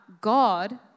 God